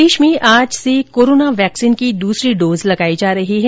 प्रदेश में आज से कोरोना वैक्सीन की दूसरी डोज लगाई जा रही है